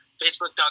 facebook.com